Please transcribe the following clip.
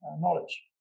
knowledge